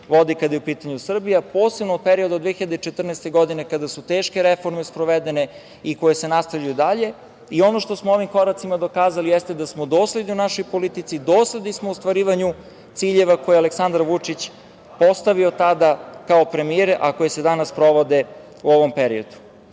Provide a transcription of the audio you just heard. vodi, kada je u pitanju Srbija, posebno u periodu od 2014. godine kada su teške reforme sprovedene i koje se nastavljaju dalje. Ono što smo ovim koracima dokazali jeste da smo dosledni našoj politici, dosledni smo ostvarivanju ciljeva koje je Aleksandar Vučić postavio tada kao premijer, a koje se danas sprovode u ovom periodu. Ono